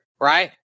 right